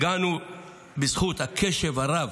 בזכות הקשב הרב